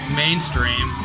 mainstream